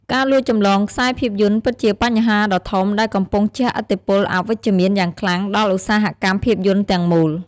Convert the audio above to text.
ការលួចចម្លងខ្សែភាពយន្តពិតជាបញ្ហាដ៏ធំដែលកំពុងជះឥទ្ធិពលអវិជ្ជមានយ៉ាងខ្លាំងដល់ឧស្សាហកម្មភាពយន្តទាំងមូល។